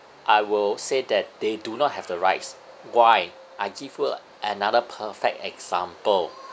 I will say that they do not have the rights why I give you another perfect example